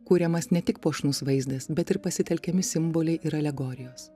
kuriamas ne tik puošnus vaizdas bet ir pasitelkiami simboliai ir alegorijos